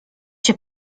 się